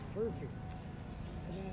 perfect